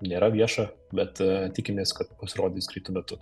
nėra vieša bet a tikimės kad pasirodys greitu metu